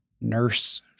nurse